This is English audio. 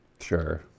sure